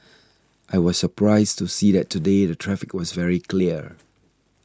I was surprised to see that today the traffic was very clear